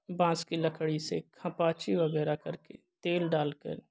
बाँस की लकड़ी से खपाची वग़ैरह करके तेल डालकर